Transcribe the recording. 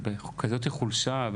בכזאת חולשה,